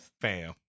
Bam